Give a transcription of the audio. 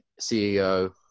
CEO